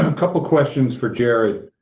ah couple of questions for jerry.